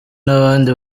n’abandi